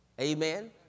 Amen